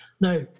Now